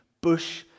bush